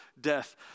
death